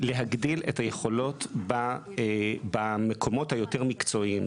להגדיל את היכולות במקומות היותר מקצועיים,